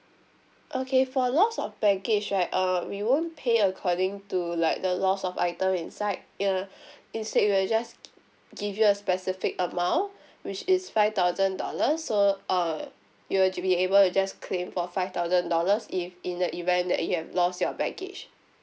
okay for loss of baggage right uh we won't pay according to like the loss of item inside ya instead we'll just give you a specific amount which is five thousand dollars so uh you'll be able to just claim for five thousand dollars if in the event that you have lost your baggage